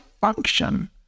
function